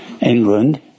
England